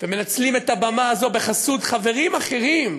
ומנצלים את הבמה הזו בחסות חברים אחרים,